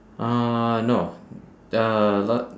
uh no uh la~